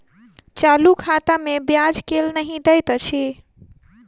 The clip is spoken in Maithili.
चालू खाता मे ब्याज केल नहि दैत अछि